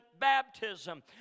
baptism